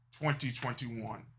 2021